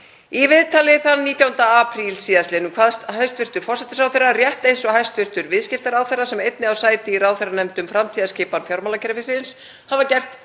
Í viðtali þann 19. apríl síðastliðinn kvaðst hæstv. forsætisráðherra, rétt eins og hæstv. viðskiptaráðherra, sem einnig á sæti í ráðherranefnd um framtíðarskipan fjármálakerfisins, hafa gert